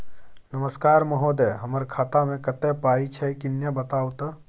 नमस्कार महोदय, हमर खाता मे कत्ते पाई छै किन्ने बताऊ त?